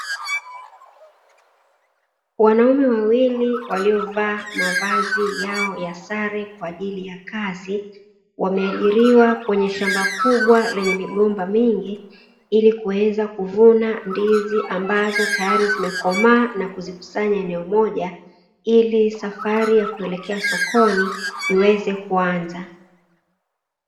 Wanaume wawili waliovaa mavazi yao ya sare kwa ajili ya kazi wameajiriwa kwenye shamba kubwa lenye migomba mingi ili kuweza kuvuna ndizi ambazo tayari zimekomaa na kuzikusanya eneo moja ili safari ya kuelekea sokoni iweze kuanza.